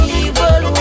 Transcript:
evil